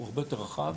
הוא הרבה יותר רחב,